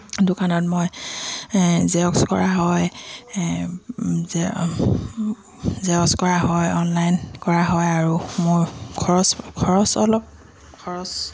দোকানত মই জেৰক্স কৰা হয় জে জেৰক্স কৰা হয় অনলাইন কৰা হয় আৰু মোৰ খৰচ খৰচ অলপ খৰচ